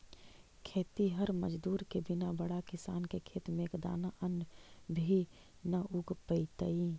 खेतिहर मजदूर के बिना बड़ा किसान के खेत में एक दाना अन्न भी न उग पइतइ